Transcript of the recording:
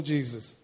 Jesus